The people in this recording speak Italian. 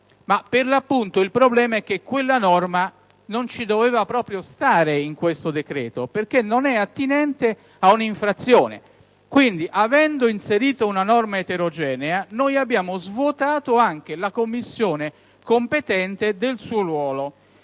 1a Commissione. Il problema è che quella norma non ci doveva proprio stare in questo decreto, perché non è attinente ad una infrazione. Avendo inserito una norma eterogenea abbiamo anche svuotato la Commissione competente del suo ruolo.